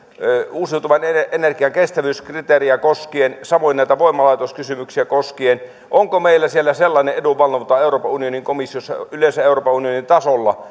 uusiutuvan energian kestävyyskriteeriä koskien samoin näitä voimalaitoskysymyksiä koskien meillä sellainen edunvalvonta euroopan unionin komissiossa yleensä euroopan unionin tasolla